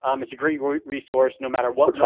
um it's a great, great resource no matter what